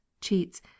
cheats